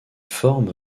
forme